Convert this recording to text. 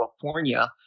California